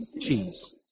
cheese